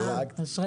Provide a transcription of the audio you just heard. אשריך.